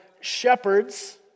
shepherds